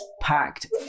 packed